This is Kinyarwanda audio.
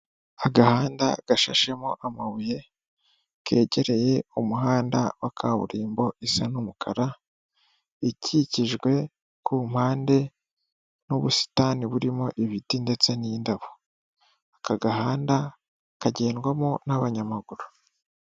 Agahanda gashashemo amabuye, kegereye umuhanda wa kaburimbo isa n'umukara, ikikijwe ku mpande n'ubusitani burimo ibiti ndetse n'indabo. Aka gahanda kagendwamo n'abanyamaguru.